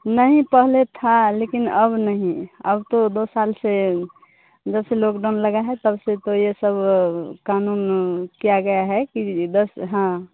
नहीं पहले था लेकिन अब नहीं अब तो दो साल से जब से लाॅकडाउन लगा है तब से तो यह सब कानून किया गया है कि दस हाँ